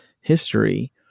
history